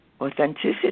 authenticity